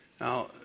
Now